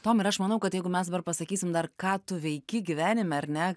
tomai ir aš manau kad jeigu mes dabar pasakysim dar ką tu veiki gyvenime ar ne